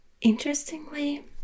interestingly